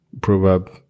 proverb